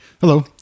Hello